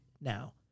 now